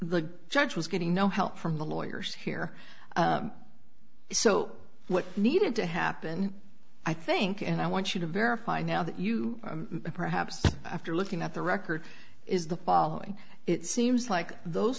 the judge was getting no help from the lawyers here so what needed to happen i think and i want you to verify now that you perhaps after looking at the record is the following it seems like those